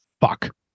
fuck